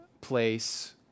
place